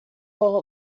hull